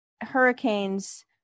hurricanes